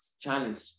challenge